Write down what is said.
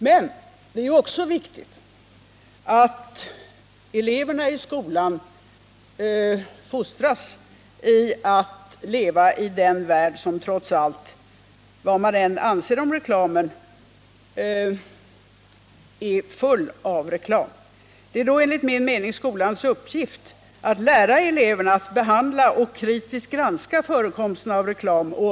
Men det är också viktigt att eleverna i skolan fostras till att leva i en värld som trots allt, vad vi än anser därom, är full av reklam. Det är då enligt min mening skolans uppgift att lära eleverna att kritiskt granska produkter av reklamkaraktär.